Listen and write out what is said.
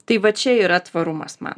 tai va čia yra tvarumas man